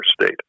state